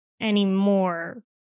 anymore